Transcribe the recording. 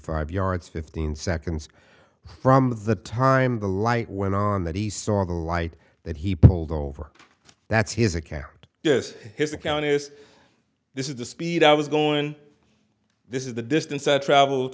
five yards fifteen seconds from the time the light went on that he saw the light that he pulled over that's his account yes his account is this is the speed i was going this is the distance travel